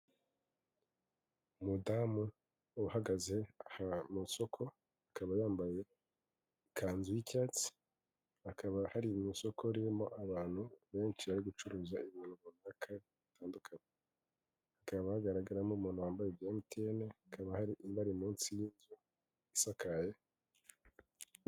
Umudamu uhagaze mu isoko, akaba yambaye ikanzu y'icyatsi, akaba ari mu isoko ririmo abantu benshi bari gucuruza ibintu runaka bitandukanye. Hakaba hagaragaramo umuntu wambaye ibya mtn, bakaba bari munsi y'inzu isakaye.